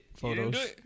photos